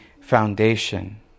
foundation